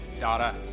data